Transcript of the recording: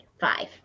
five